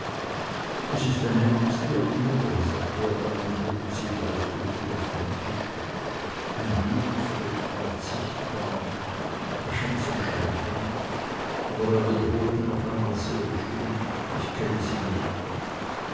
es ist eine axt wie andere sagte er dann und legte sie gleichgültig auf den tisch ein blutfleck ward sichtbar er schien zu schaudern aber er wiederholte noch einmal sehr bestimmt ich kenne sie nicht